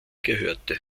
gehörte